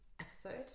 episode